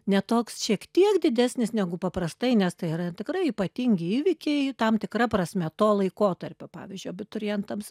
ne toks šiek tiek didesnis negu paprastai nes tai yra tikrai ypatingi įvykiai tam tikra prasme to laikotarpio pavyzdžiui abiturientams